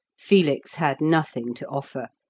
felix had nothing to offer,